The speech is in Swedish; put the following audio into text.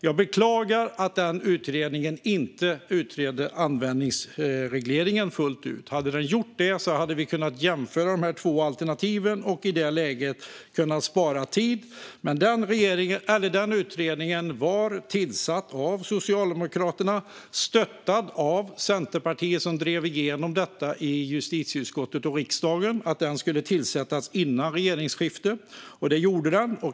Jag beklagar att utredningen inte utredde användningsregleringen fullt ut. Hade den gjort det hade vi kunnat jämföra de två alternativen och i det läget kunnat spara tid. Men utredningen var tillsatt av Socialdemokraterna, som stöttades av Centerpartiet, som drev igenom detta i justitieutskottet och riksdagen. Den skulle tillsättas före regeringsskiftet, och det gjorde den.